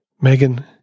Megan